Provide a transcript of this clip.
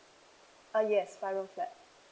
uh yes five room flat